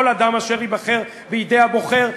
כל אדם אשר ייבחר בידי הבוחר,